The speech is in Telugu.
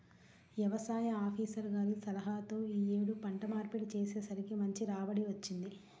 యవసాయ ఆపీసర్ గారి సలహాతో యీ యేడు పంట మార్పిడి చేసేసరికి మంచి రాబడి వచ్చింది